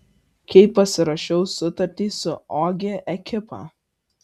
kai pasirašiau sutartį su ogi ekipa